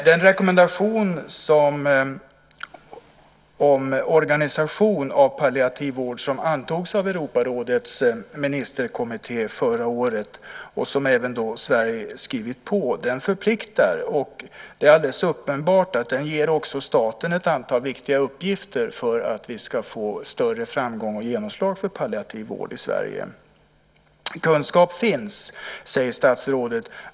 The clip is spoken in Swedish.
Den rekommendation om organisation av palliativ vård som antogs av Europarådets ministerkommitté förra året och som även Sverige skrivit på förpliktar. Det är alldeles uppenbart att den ger staten ett antal viktiga uppgifter för att vi ska få större framgång och genomslag för palliativ vård i Sverige. Kunskap finns, säger statsrådet.